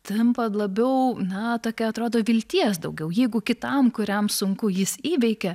tampa labiau na tokia atrodo vilties daugiau jeigu kitam kuriam sunku jis įveikia